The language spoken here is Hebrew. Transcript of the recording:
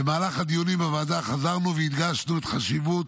במהלך הדיונים בוועדה חזרנו והדגשנו את החשיבות